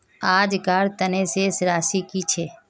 आजकार तने शेष राशि कि छे?